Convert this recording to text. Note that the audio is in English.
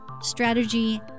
strategy